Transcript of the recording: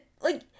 like-